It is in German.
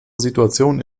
situation